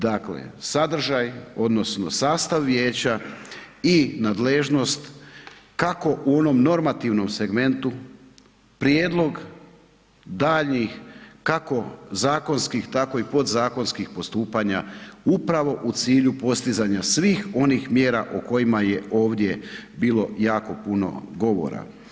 Dakle, sadržaj odnosno sastav vijeća i nadležnost kako u onom normativnom segmentu prijedlog daljnjih kako zakonskih tako i podzakonskih postupanja upravo u cilju postizanja svih onih mjera o kojima je ovdje bilo jako puno govora.